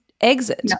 exit